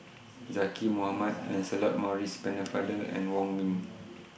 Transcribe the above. Zaqy Mohamad Lancelot Maurice Pennefather and Wong Ming